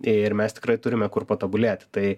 ir mes tikrai turime kur patobulėti tai